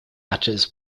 matches